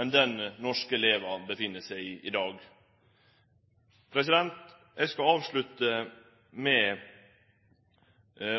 enn den norske elevar veks opp i i dag. Eg skal avslutte med